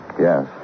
Yes